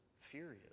furious